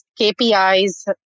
KPIs